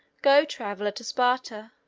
go, traveler, to sparta,